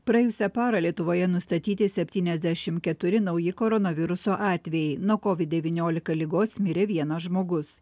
praėjusią parą lietuvoje nustatyti septyniasdešim keturi nauji koronaviruso atvejai nuo kovid devyniolika ligos mirė vienas žmogus